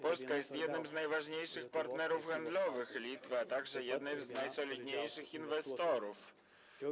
Polska jest jednym z najważniejszych partnerów handlowych Litwy, a także jednym z najsolidniejszych inwestorów.